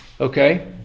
Okay